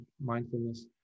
mindfulness